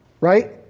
right